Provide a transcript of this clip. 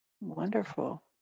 Wonderful